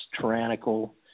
tyrannical